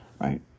Right